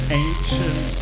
ancient